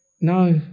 now